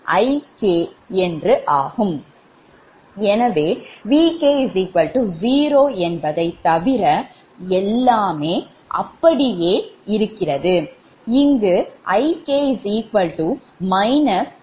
எனவே Vk0 என்பதை தவர எல்லாமே அப்படியே இருக்கும்